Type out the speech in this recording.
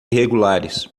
irregulares